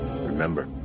Remember